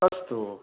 अस्तु